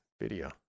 video